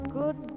good